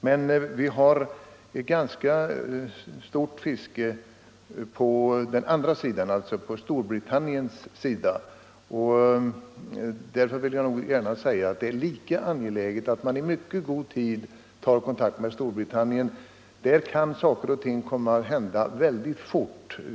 Men vi har också ett omfattande fiske på den andra sidan, dvs. på Storbritanniens sida. Därför vill jag gärna framhålla att det är lika angeläget att man i god tid tar kontakt med Storbritannien. Där kan saker och ting komma att hända mycket fort.